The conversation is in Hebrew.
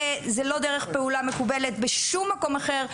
זה לא דרך פעולה מקובלת בשום מקום אחר.